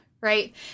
right